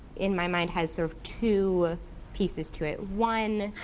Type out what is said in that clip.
in my mind, has sort of two pieces to it. one,